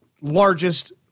largest